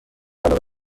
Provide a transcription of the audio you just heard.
علاقه